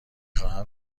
خواهم